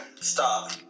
Stop